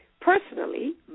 Personally